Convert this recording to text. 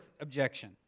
objection